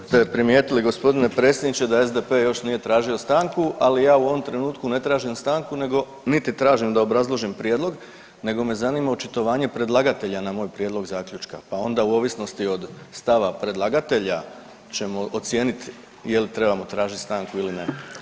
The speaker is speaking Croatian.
Jeste primijetili, g. predsjedniče, da SDP još nije tražio stanku, ali ja u ovom trenutku ne tražim stanku nego, niti tražim da obrazložim prijedlog, nego me zanima očitovanje predlagatelja na moj prijedlog zaključka, pa onda u ovisnosti od stava predlagatelja ćemo ocijeniti je li trebamo tražiti stanku ili ne.